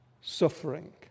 suffering